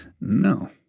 No